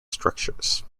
structures